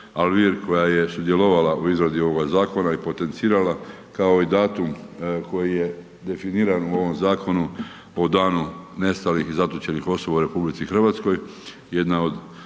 Alvir koja je sudjelovala u izradi ovoga zakona i potencirala kao i datum koji je definiran u ovom zakonu, o danu nestalih i zatočenih osoba u RH jedna od